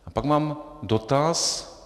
A pak mám dotaz.